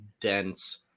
dense